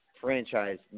franchise